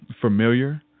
familiar